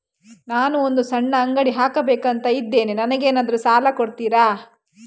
ನಾನು ಒಂದು ಸಣ್ಣ ಅಂಗಡಿ ಹಾಕಬೇಕುಂತ ಇದ್ದೇನೆ ನಂಗೇನಾದ್ರು ಸಾಲ ಕೊಡ್ತೀರಾ?